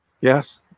Yes